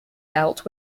dealt